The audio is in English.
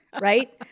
Right